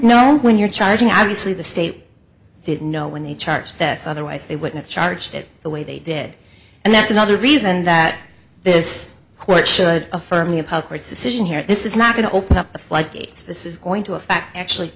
know when you're charging obviously the state didn't know when they charge this otherwise they wouldn't charged it the way they did and that's another reason that this court should affirming a puck rescission here this is not going to open up the floodgates this is going to affect actually